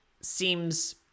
seems